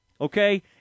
okay